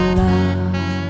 love